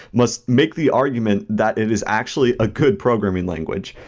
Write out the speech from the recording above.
must make the argument that it is actually a good programming language.